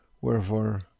Wherefore